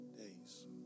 days